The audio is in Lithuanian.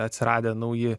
atsiradę nauji